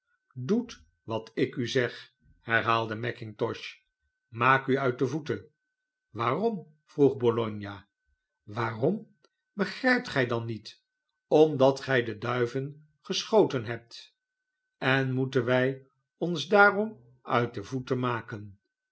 doet wat ik u zeg herhaalde mackintosh maakt u uit de voeten waarom vroeg bologna waarom begrijpt gij dat dan niet omdat gij de duiven geschoten hebt en moeten wij ons daarom uit de voeten maken